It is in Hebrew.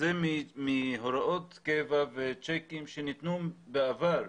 מהוראות קבע וצ'קים שניתנו בעבר.